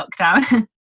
lockdown